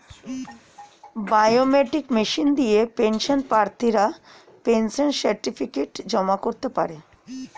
biometric machine দিয়ে pension প্রার্থীরা pension certificate জমা করতে পারে